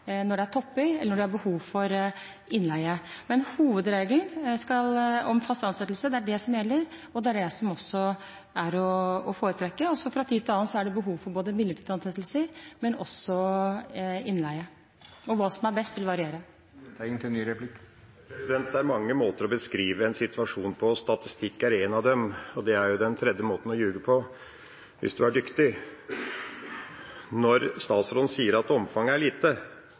når det er topper eller når det er behov for innleie. Men hovedregelen om fast ansettelse er det som gjelder, og det er det som også er å foretrekke. Fra tid til annen er det behov for både midlertidige ansettelser og også innleie, og hva som er best, vil variere. Det er mange måter å beskrive en situasjon på. Statistikk er en av dem, og det er den tredje måten å ljuge på, hvis du er dyktig. Når statsråden sier at omfanget er lite,